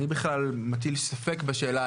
אני בכלל מטיל ספק בשאלה,